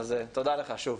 תודה לך, שוב.